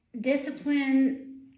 discipline